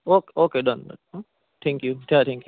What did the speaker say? okay okay done thank you thank you